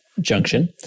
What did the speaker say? Junction